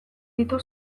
ditu